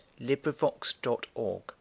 LibriVox.org